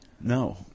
No